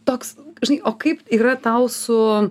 toks žinai o kaip yra tau su